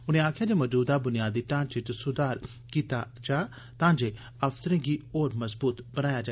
उने आक्खेया जे मौजूदा ब्नियादी ढांचे च स्धार कीता जाहग तां जे अफसरें गी होर मज़बूत बनाया जा